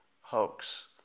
hoax